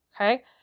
Okay